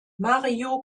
mario